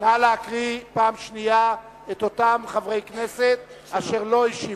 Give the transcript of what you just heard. נא להקריא פעם שנייה את שמות אותם חברי כנסת אשר לא השיבו.